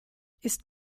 ist